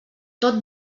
tot